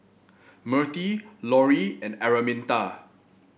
Mirtie Lorie and Araminta